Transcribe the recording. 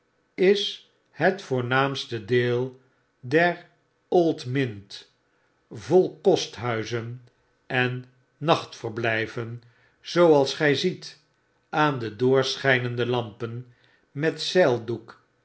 is het voornaamste deel der old mint vol kosthuizen en nachtverblgven zooals gjj ziet aan de doorschynende lampen met zeildoek